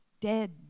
dead